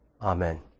Amen